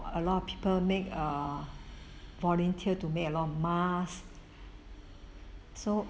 a lot of people make uh volunteer to make a lot of masks so